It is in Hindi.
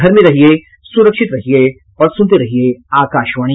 घर में रहिये सुरक्षित रहिये और सुनते रहिये आकाशवाणी